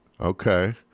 Okay